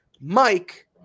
Mike